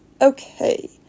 Okay